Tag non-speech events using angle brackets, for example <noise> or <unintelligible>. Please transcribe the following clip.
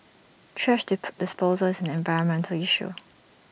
thrash <unintelligible> disposal is an environmental issue